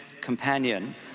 companion